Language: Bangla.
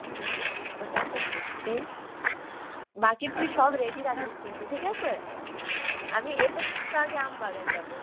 হুম ওটা তো হচ্ছেই বাকি তুই সব রেডি রাখিস কিন্তু ঠিক আছে আমি এলেই কিন্তু আগে আম বাগান যাব